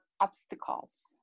obstacles